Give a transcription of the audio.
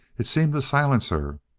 it seemed to silence her.